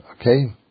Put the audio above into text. Okay